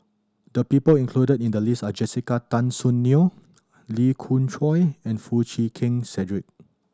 the people included in the list are Jessica Tan Soon Neo Lee Khoon Choy and Foo Chee Keng Cedric